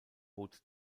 bot